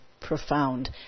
profound